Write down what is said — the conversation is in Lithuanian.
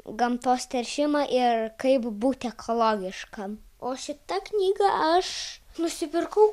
gamtos teršimą ir kaip būti ekologiškam o šitą knygą aš nusipirkau